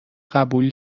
قبول